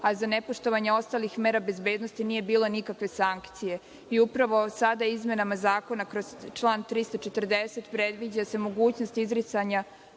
a za nepoštovanje ostalih mera bezbednosti nije bilo nikakvih sankcija. Sada izmenama zakona kroz član 340. predviđa se mogućnost izricanja